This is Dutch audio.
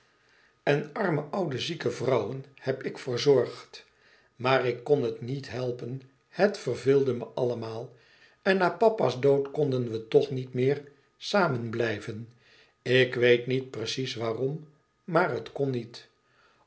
en arme oude zieke vrouwen heb ik verzorgd maar ik kon het niet helpen het verveelde me allemaal en na papa's dood konden we toch niet meer samen blijven ik weet niet precies waarom maar het kon niet